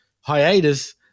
hiatus